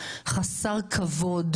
זה הסיפור.